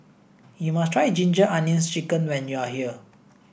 you must try ginger onions chicken when you are here